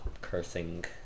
cursing